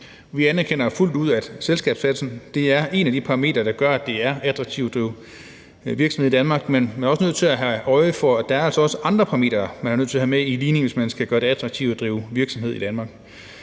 Vi anerkender fuldt ud, at selskabsskattesatsen er en af de parametre, der gør, at det er attraktivt at drive virksomhed i Danmark, men man er også nødt til at have øje for, at der altså også er andre parametre, man er nødt til at have med i ligningen, hvis man skal gøre det attraktivt at drive virksomhed i Danmark.